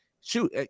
shoot